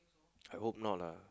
I hope not lah